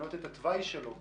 לשנות את התוואי שלו.